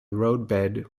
roadbed